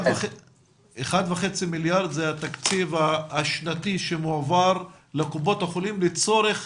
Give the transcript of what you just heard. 1.5 מיליארד זה התקציב השנתי שמועבר לקופות החולים לצורך